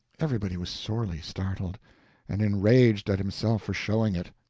everybody was sorely startled and enraged at himself for showing it.